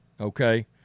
okay